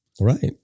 Right